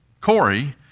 Corey